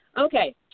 Okay